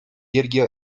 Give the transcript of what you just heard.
йӗрке